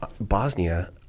Bosnia